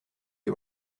you